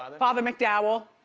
ah father macdowell?